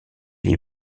les